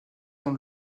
dans